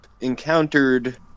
encountered